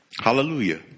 Hallelujah